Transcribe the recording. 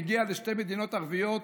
הוא מגיע לשתי מדינות ערביות,